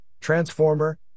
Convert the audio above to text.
Transformer